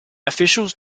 officials